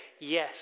yes